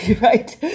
right